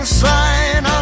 sign